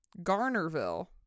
Garnerville